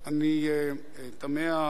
אני תמה,